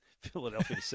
Philadelphia